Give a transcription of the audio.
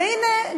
והנה,